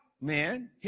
man